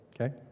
Okay